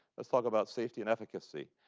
let's talk about safety and efficacy.